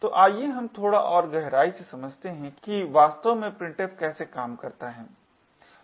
तो आइए हम थोड़ा और गहराई से समझते हैं कि वास्तव में printf कैसे काम करता है